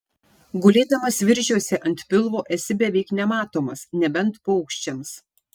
gulėdamas viržiuose ant pilvo esi beveik nematomas nebent paukščiams